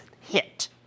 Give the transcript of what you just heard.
hit